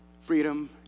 freedom